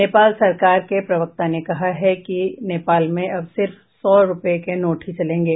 नेपाल सरकार के प्रवक्ता ने कहा है कि नेपाल में अब सिर्फ सौ रूपये के नोट ही चलेंगे